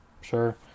Sure